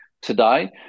today